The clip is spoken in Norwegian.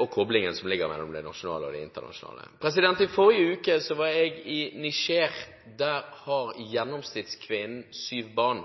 og koblingen som ligger mellom det nasjonale og det internasjonale. I forrige uke var jeg i Niger. Der har gjennomsnittskvinnen syv barn.